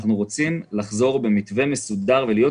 אנחנו רוצים לחזור במתווה מסודר ולהיות